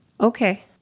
Okay